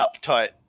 uptight